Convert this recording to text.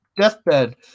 deathbed